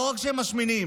לא רק שהם משמינים,